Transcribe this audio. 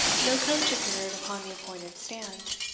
no coach appeared upon the appointed stand.